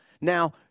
Now